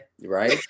Right